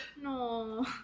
No